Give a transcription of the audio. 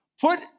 Put